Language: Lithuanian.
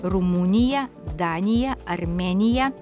rumunija danija armėnija